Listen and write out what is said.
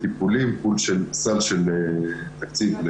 יקבל סל של תקציב.